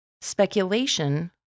Speculation